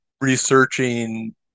researching